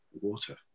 water